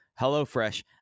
HelloFresh